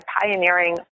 pioneering